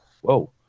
Whoa